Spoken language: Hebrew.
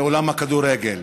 מעולם הכדורגל: